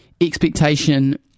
expectation